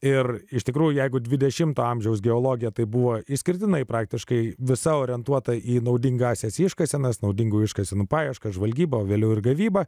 ir iš tikrųjų jeigu dvidešimto amžiaus geologija tai buvo išskirtinai praktiškai visa orientuota į naudingąsias iškasenas naudingųjų iškasenų paieška žvalgyba o vėliau ir gavyba